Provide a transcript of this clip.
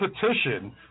petition